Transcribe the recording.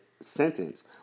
Sentence